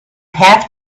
have